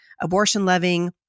abortion-loving